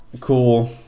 cool